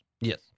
Yes